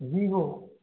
Vivo